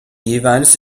jeweils